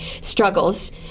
struggles